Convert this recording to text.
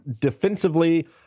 defensively